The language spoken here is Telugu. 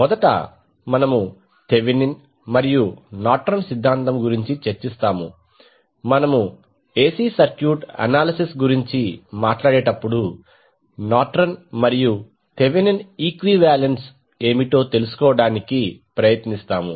మొదట మనము థెవెనిన్ మరియు నార్టన్ సిద్ధాంతం గురించి చర్చిస్తాము మనము AC సర్క్యూట్ అనాలిసిస్ గురించి మాట్లాడేటప్పుడు నార్టన్ మరియు థెవెనిన్ ఈక్వివాలెన్స్ ఏమిటో తెలుసుకోవడానికి ప్రయత్నిస్తాము